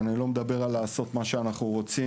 ואני לא מדבר על לעשות מה שאנחנו רוצים.